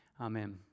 amen